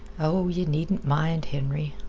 oh, yeh needn't mind, henry.